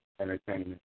entertainment